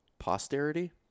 Posterity